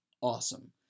Awesome